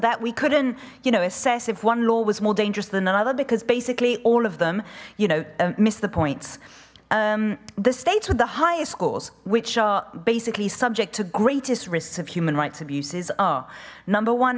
that we couldn't you know assess if one law was more dangerous than another because basically all of them you know miss the points the states with the highest scores which are basically subject to greatest risks of human rights abuses are number one